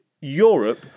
Europe